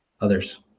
others